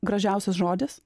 gražiausias žodis